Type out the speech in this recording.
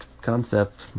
concept